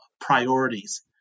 priorities